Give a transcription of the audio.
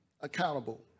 accountable